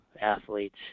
athletes